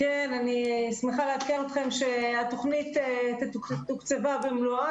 אני שמחה לעדכן אתכם שהתוכנית תתוקצב במלואה,